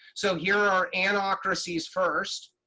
so here are anocracies first.